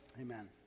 Amen